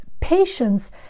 patience